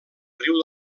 riu